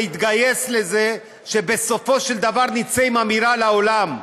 להתגייס לזה שבסופו של דבר נצא עם אמירה לעולם: